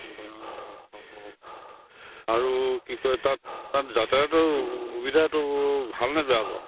বাৰু হ'ব আৰু কি কয় তাত তাত যাতায়তৰ সুবিধাটো ভাল নে বেয়া বাৰু